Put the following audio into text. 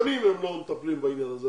שנים הם לא מטפלים בעניין הזה,